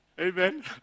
Amen